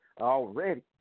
Already